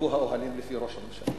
יפורקו האוהלים, לפי ראש הממשלה?